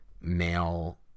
male